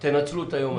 אז תנצלו את זה.